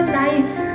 life